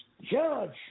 judge